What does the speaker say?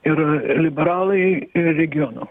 ir liberalai ir regionų